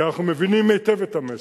כי אנחנו מבינים היטב את המסר,